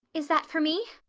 is that for me?